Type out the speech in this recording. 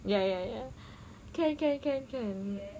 ya ya ya kan kan kan kan